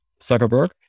Zuckerberg